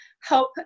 help